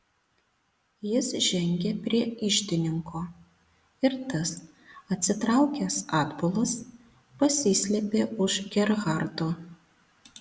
jis žengė prie iždininko ir tas atsitraukęs atbulas pasislėpė už gerhardo